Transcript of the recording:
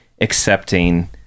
accepting